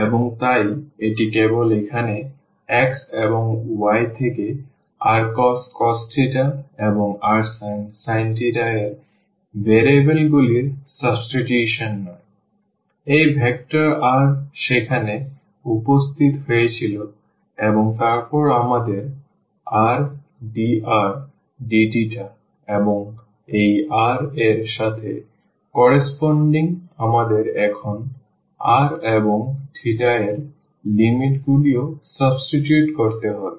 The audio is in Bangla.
এবং তাই এটি কেবল এখানে x এবং y থেকে rcos এবং rsin এর ভেরিয়েবল গুলির সাবস্টিটিউশন নয় এই ভেক্টর r সেখানে উপস্থিত হয়েছিল এবং তারপরে আমাদের r dr dθ এবং এই r এর সাথে করস্পন্ডিং আমাদের এখন r এবং এর লিমিট গুলিও সাবস্টিটিউট করতে হবে